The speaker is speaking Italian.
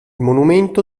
monumento